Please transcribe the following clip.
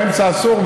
באמצע אסור,